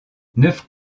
neuf